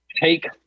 take